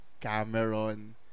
Cameron